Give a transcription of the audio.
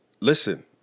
listen